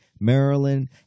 Maryland